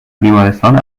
بیمارستان